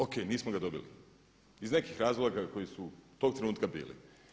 Ok, nismo ga dobili iz nekih razloga koji su tog trenutka bili.